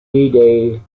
day